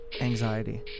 anxiety